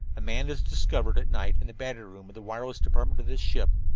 a man is discovered at night in the battery room of the wireless department of this ship,